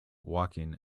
walking